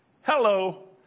Hello